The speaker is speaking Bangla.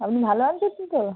আপনি ভালো আছেন তো